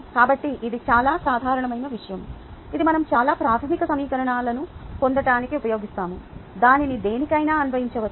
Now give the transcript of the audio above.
కాబట్టి ఇది చాలా సాధారణమైన విషయం ఇది మనం చాలా ప్రాథమిక సమీకరణాలను పొందటానికి ఉపయోగిస్తాము దానిని దేనికైనా అన్వయించవచ్చు